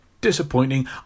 Disappointing